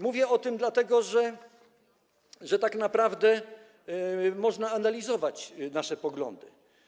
Mówię o tym dlatego, że tak naprawdę można analizować nasze poglądy.